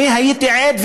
הייתי עד,